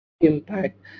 impact